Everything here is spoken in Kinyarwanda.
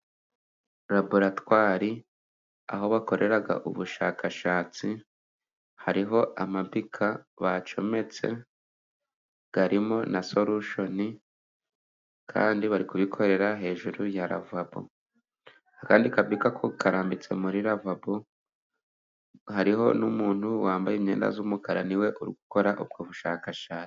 Raboratwari， aho bakorera ubushakashatsi，hariho amabika bacometse， arimo na sorushoni， kandi bari gukorera hejuru ya ravabo. Akandi kabika ko karambitse muri ravabo， hariho n'umuntu wambaye imyenda y'umukara， niwe ukora ubwo bushakashatsi.